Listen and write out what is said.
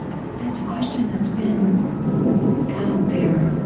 that's a question that's been out there,